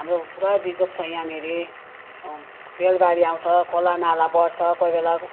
हाम्रो पुरा बिजोग छ यहाँनेरि भेल बाढी आउँछ खोला नाला बढ्छ कोही बेला